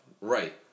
Right